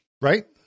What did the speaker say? right